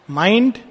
mind